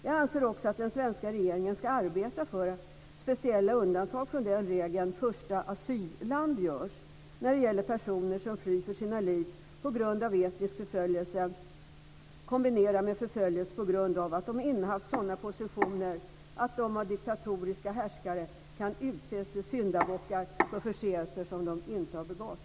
Jag anser att också den svenska regeringen ska arbeta för att speciella undantag från regeln första asylland görs när det gäller personer som flyr för sina liv på grund av etnisk förföljelse kombinerad med förföljelse på grund av att de innehaft sådana positioner att de av diktatoriska härskare kan utses till syndabockar för förseelser som de inte har begått.